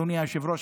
אדוני היושב-ראש,